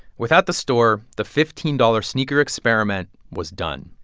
without the store, the fifteen dollars sneaker experiment was done.